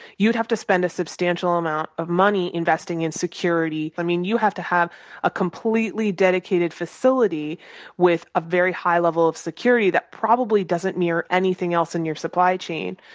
you'd have to spend a substantial amount of money investing in security. but you have to have a completely dedicated facility with a very high level of security that probably doesn't mirror anything else in your supply chain.